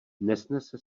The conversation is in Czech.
nesnese